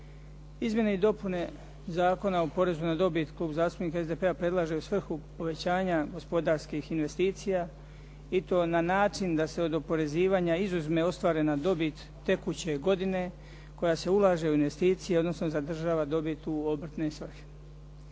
Izmjene i dopune Zakona o porezu na dobit Klub zastupnika SDP-a predlaže u svrhu povećanja gospodarskih investicija i to na način da se od oporezivanja izuzme ostvarena dobit tekuće godine koja se ulaže u investicije, odnosno zadržava dobit u obrtne svrhe.